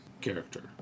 character